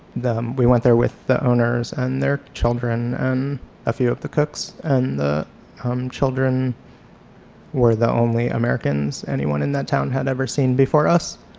them. we went there with the owners and their children and a few of the cooks and the children were the only americans anyone in that town had ever seen before us.